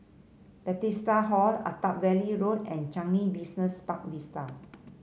Bethesda Hall Attap Valley Road and Changi Business Park Vista